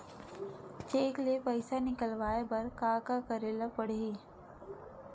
Cheque ले पईसा निकलवाय बर का का करे ल पड़हि?